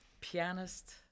pianist